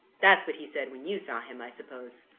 that's what he said when you saw him, i suppose?